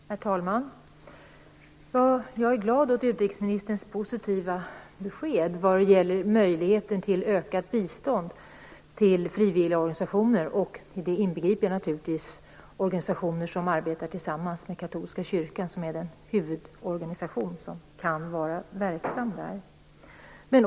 Herr talman! Jag är glad över utrikesministerns positiva besked vad gäller möjligheten till ökat bistånd till frivilligorganisationer. I dessa inbegriper jag naturligtvis organisationer som arbetar tillsammans med katolska kyrkan, som är den huvudorganisation som kan vara verksam i Östtimor.